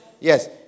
Yes